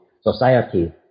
society